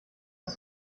ist